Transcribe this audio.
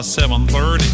7.30